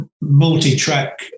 multi-track